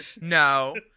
No